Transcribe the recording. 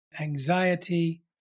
anxiety